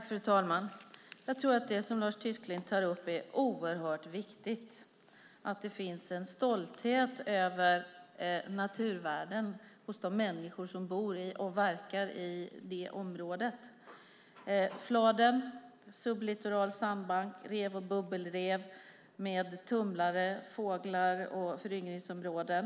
Fru talman! Det som Lars Tysklind tar upp är viktigt, nämligen att det finns en stolthet över naturvärden hos de människor som bor och verkar i området. I Fladen finns sublittoral sandbank, rev och bubbelrev, tumlare, fåglar och föryngringsområden.